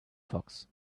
fox